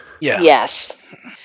Yes